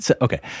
okay